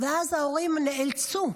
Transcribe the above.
ואז ההורים נאלצו,